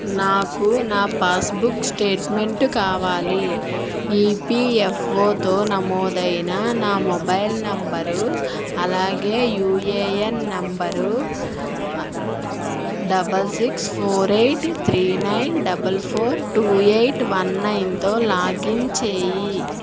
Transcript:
నాకు నా passbook statement కావాలి ఈపీఎఫ్ఓతో నమోదైన నా మొబైల్ నంబరు అలాగే UAN number double six four eight three nine double four two eight one నైన్తో లాగిన్ చేయి